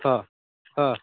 ହଁ ହଁ